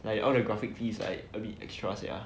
like all the graphic tees like a bit extra sia